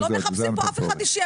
אנחנו לא מחפשים פה אף אחד אישי,